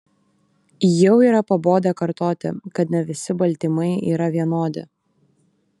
jau yra pabodę kartoti kad ne visi baltymai yra vienodi